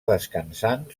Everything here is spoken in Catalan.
descansant